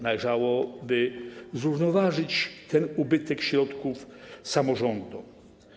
Należałoby zrównoważyć ten ubytek środków samorządom.